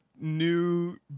new